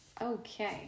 Okay